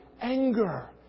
anger